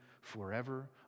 forever